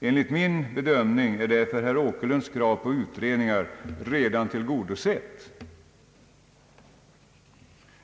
Enligt min bedömning är därför herr Åkerlunds krav på utredningar redan tillgodosett.